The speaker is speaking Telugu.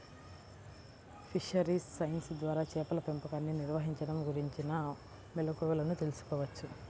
ఫిషరీస్ సైన్స్ ద్వారా చేపల పెంపకాన్ని నిర్వహించడం గురించిన మెళుకువలను తెల్సుకోవచ్చు